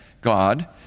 God